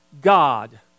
God